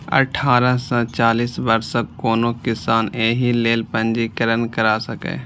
अठारह सं चालीस वर्षक कोनो किसान एहि लेल पंजीकरण करा सकैए